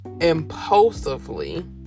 impulsively